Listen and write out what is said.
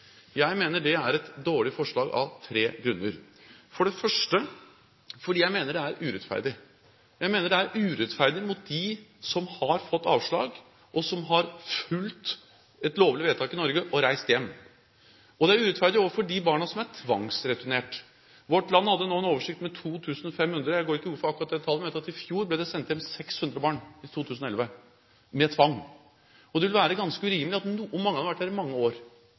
Jeg mener det er et dårlig forslag – av to grunner. For det første mener jeg det er urettferdig. Jeg mener det er urettferdig mot dem som har fått avslag, og som har fulgt et lovlig vedtak i Norge og reist hjem. Og det er urettferdig overfor de barna som er tvangsreturnert. Vårt Land hadde nå en oversikt med ca. 2 500. Jeg går ikke god for akkurat det tallet, men jeg vet at i fjor – i 2011 – ble det sendt hjem 600 barn med tvang. Mange av dem hadde vært her i mange år. Det vil være ganske urimelig